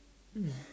mm